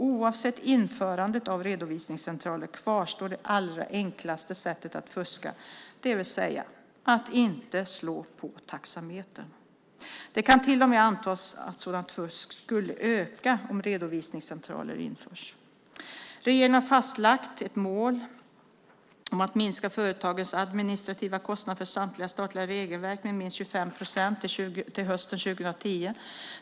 Oavsett införandet av redovisningscentraler kvarstår det allra enklaste sättet att fuska, det vill säga att inte slå på taxametern. Det kan till och med antas att sådant fusk skulle öka om redovisningscentraler införs. Regeringen har fastlagt ett mål om att minska företagens administrativa kostnader för samtliga statliga regelverk med minst 25 procent till hösten år 2010.